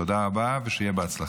תודה רבה ושיהיה בהצלחה.